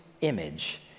image